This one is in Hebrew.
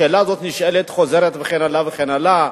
השאלה הזאת חוזרת ונשאלת וכן הלאה וכן הלאה.